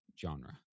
genre